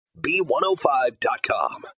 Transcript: b105.com